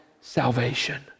salvation